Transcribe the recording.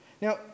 now